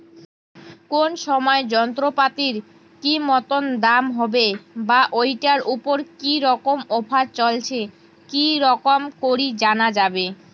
কোন সময় যন্ত্রপাতির কি মতন দাম হবে বা ঐটার উপর কি রকম অফার চলছে কি রকম করি জানা যাবে?